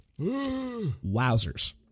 Wowzers